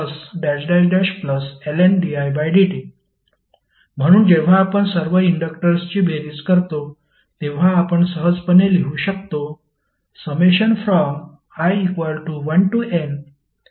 vL1didtL2didtLndidt म्हणून जेव्हा आपण सर्व इंडक्टर्सची बेरीज करतो तेव्हा आपण सहजपणे लिहू शकतो